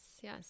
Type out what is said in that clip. yes